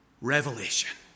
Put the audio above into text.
revelation